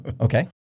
Okay